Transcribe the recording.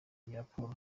raporo